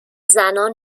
زنان